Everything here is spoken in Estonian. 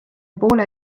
poole